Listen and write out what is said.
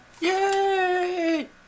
Yay